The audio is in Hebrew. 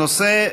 הנושא: